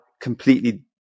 completely